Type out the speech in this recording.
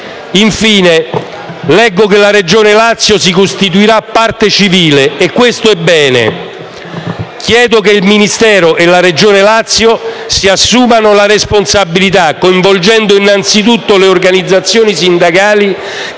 Infine, leggo che la Regione Lazio si costituira parte civile, e questo eun bene. Chiedo che il Ministero e la Regione Lazio si assumano la responsabilita, coinvolgendo innanzitutto le organizzazioni sindacali – esse